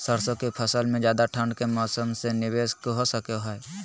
सरसों की फसल में ज्यादा ठंड के मौसम से की निवेस हो सको हय?